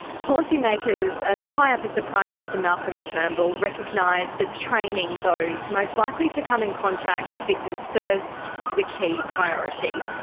policy makers as high up as the prime minister malcolm turnbull recognise that training those most likely to come in contact with victims first is a key priority.